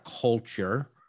culture